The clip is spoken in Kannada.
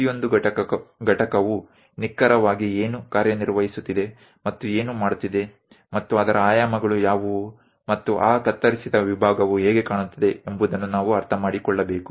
ಪ್ರತಿಯೊಂದು ಘಟಕವು ನಿಖರವಾಗಿ ಏನು ಕಾರ್ಯನಿರ್ವಹಿಸುತ್ತಿದೆ ಮತ್ತು ಏನು ಮಾಡುತ್ತಿದೆ ಮತ್ತು ಅದರ ಆಯಾಮಗಳು ಯಾವುವು ಮತ್ತು ಆ ಕತ್ತರಿಸಿದ ವಿಭಾಗವು ಹೇಗೆ ಕಾಣುತ್ತದೆ ಎಂಬುದನ್ನು ನಾವು ಅರ್ಥಮಾಡಿಕೊಳ್ಳಬೇಕು